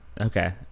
Okay